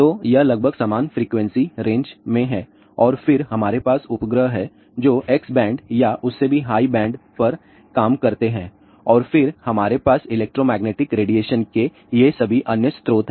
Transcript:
तो ये लगभग समान फ्रीक्वेंसी रेंज में हैं और फिर हमारे पास उपग्रह हैं जो x बैंड या उससे भी हाई बैंड पर काम करते हैं और फिर हमारे पास इलेक्ट्रोमैग्नेटिक रेडिएशन के ये सभी अन्य स्रोत हैं